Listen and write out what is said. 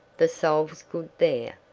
the sole's good there.